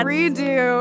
Redo